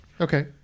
Okay